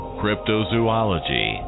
cryptozoology